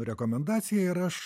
rekomendacija ir aš